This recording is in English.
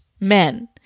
men